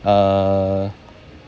err